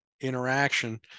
interaction